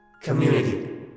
community